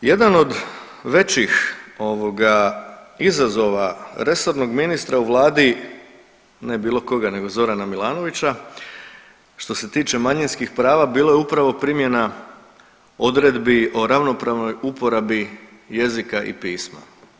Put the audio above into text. E sad, jedan od većih ovoga izazova resornog ministra u vladi ne bilo koga nego Zorana Milanovića što se tiče manjinskih prava bilo je upravo primjena odredbi o ravnopravnoj uporabi jezika i pisma.